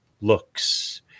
looks